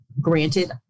Granted